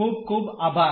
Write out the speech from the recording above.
ખુબ ખુબ આભાર